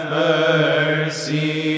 mercy